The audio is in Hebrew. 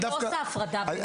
עושה הפרדה.